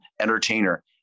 entertainer